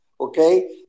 okay